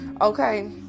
okay